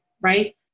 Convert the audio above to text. right